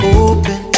open